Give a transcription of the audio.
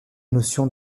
notions